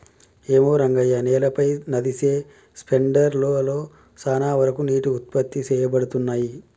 ఏమో రంగయ్య నేలపై నదిసె స్పెండర్ లలో సాన వరకు నీటికి ఉత్పత్తి సేయబడతున్నయి